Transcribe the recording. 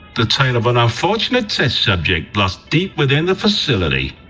the tale of an unfortunate test-subject lost deep within the facility.